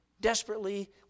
desperately